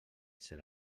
serà